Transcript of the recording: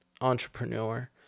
entrepreneur